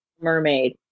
Mermaid